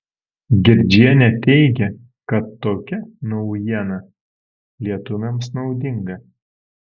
girdžienė teigia kad tokia naujiena lietuviams naudinga